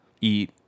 eat